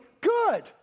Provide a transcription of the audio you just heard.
good